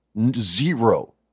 zero